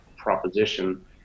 Proposition